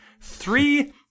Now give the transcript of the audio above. Three